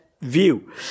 view